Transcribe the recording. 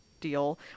deal